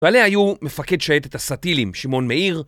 ועליה היו מפקד שייטת הסטי"לים, שמעון מאיר